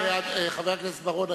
חבר הכנסת בר-און,